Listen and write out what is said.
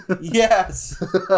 Yes